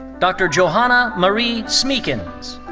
dr. johanna marie smeekens.